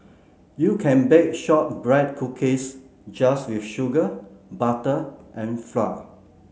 you can bake shortbread cookies just with sugar butter and flour